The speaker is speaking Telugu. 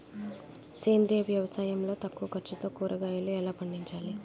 సేంద్రీయ వ్యవసాయం లో తక్కువ ఖర్చుతో కూరగాయలు ఎలా పండించాలి?